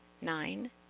Nine